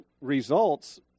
results